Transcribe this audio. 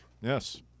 Yes